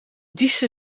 diestse